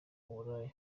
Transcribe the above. uburaya